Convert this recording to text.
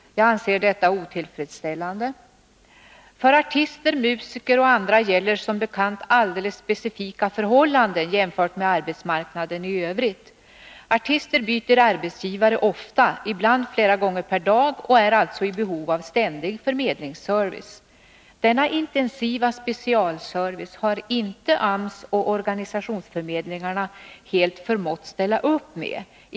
Jag anser detta otillfredsställande. För musiker och andra artister gäller som bekant alldeles specifika förhållanden jämfört med arbetsmarknaden i övrigt. Artister byter arbetsgivare ofta, ibland flera gånger per dag, och är alltså i behov av ständig förmedlingsservice. Denna intensiva specialservice har inte AMS och organisationsförmedlingarna helt förmått ställa upp med.